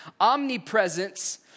omnipresence